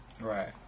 Right